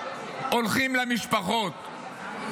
הולכים למשפחות,